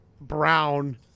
Brown